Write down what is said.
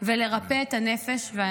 ולרפא את הנפש.